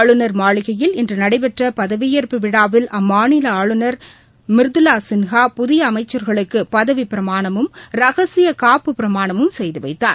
ஆளுநர் மாளிகையில் இன்றுநடைபெற்றபதவியேற்பு விழாவில் அம்மாநிலஆளுநர் மிர்துலாசின்ஹா புதிய அமைச்சர்களுக்குபதவிப்பிரமாணமும் ரகசியக்காப்பு பிரமாணமும் செய்துவைத்தார்